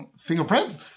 Fingerprints